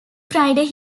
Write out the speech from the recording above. friday